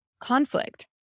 conflict